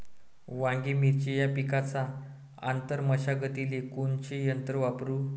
वांगे, मिरची या पिकाच्या आंतर मशागतीले कोनचे यंत्र वापरू?